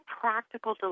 practical